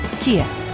Kia